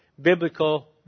biblical